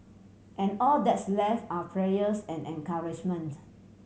and all that's left are prayers and encouragement